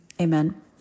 amen